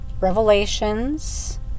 Revelations